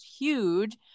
huge